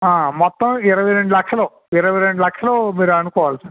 మొత్తం ఇరవై రెండు లక్షలు ఇరవై రెండు లక్షలు మీరు అనుకోవాల్సింది